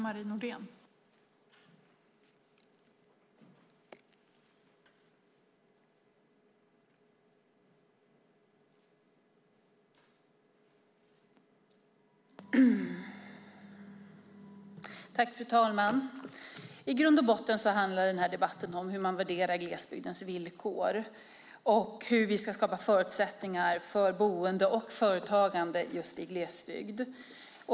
Fru talman! I grund och botten handlar debatten om hur man värderar glesbygdens villkor och om hur vi ska skapa förutsättningar för boende och företagande i glesbygd.